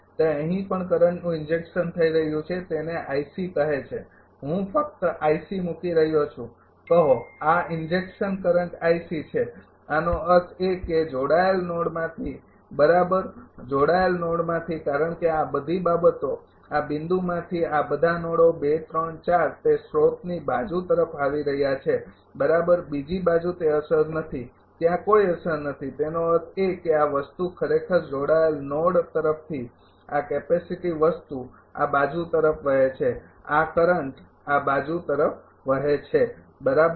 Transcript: તે અહીં પણ કરંટનું ઇન્જેક્શન થઈ રહ્યું છે તેને કહે છે હું ફક્ત મૂકી રહ્યો છું કહો આ ઇન્જેક્શન કરંટ છે આનો અર્થ એ કે જોડાયેલ નોડમાંથી બરાબર જોડાયેલ નોડમાંથી કારણ કે આ બધી બાબતો આ બિંદુમાથી આ બધા નોડો તે સ્રોતની બાજુ તરફ આવી રહ્યા છે બરાબર બીજી બાજુ તે અસર નથી ત્યાં કોઈ અસર નથી તેનો અર્થ એ કે આ વસ્તુ ખરેખર જોડાયેલ નોડ તરફથી આ કેપેસીટિવ વસ્તુ આ બાજુ તરફ વહે છે આ કરંટ આ બાજુ તરફ વહે છે બરાબર